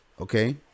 okay